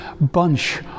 bunch